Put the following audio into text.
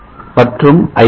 V மற்றும் I